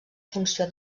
funció